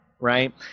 right